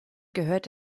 gehört